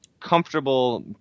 comfortable